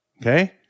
okay